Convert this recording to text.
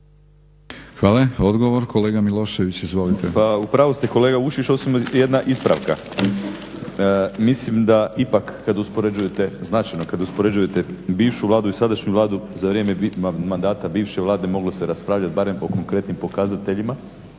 Domagoj Ivan (HDZ)** Pa u pravu ste, kolega Vukšić, osim jedna ispravka. Mislim da ipak kada uspoređujete, značajno kada uspoređujete bivšu Vladu i sadašnju Vladu za vrijeme mandata bivše Vlade moglo se raspravljati barem o konkretnim pokazateljima